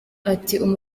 ati